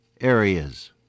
areas